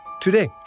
today